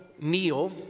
kneel